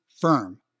firm